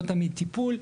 לא תמיד טיפול.